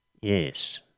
Yes